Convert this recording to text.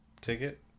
ticket